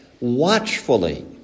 watchfully